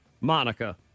Monica